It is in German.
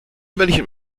welchem